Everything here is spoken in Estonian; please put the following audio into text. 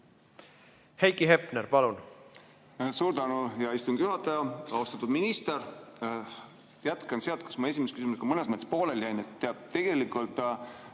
Heiki Hepner, palun!